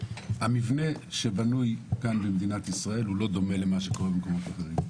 שהמבנה במדינת ישראל אינו כמו במקומות אחרים.